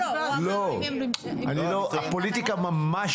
הפוליטיקה ממש,